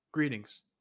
Greetings